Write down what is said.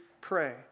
pray